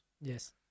Yes